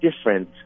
Different